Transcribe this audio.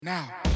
Now